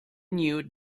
knew